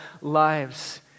lives